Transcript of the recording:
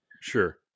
Sure